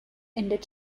ended